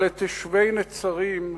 אבל לתושבי נצרים,